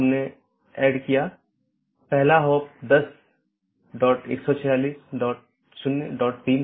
यहाँ N1 R1 AS1 N2 R2 AS2 एक मार्ग है इत्यादि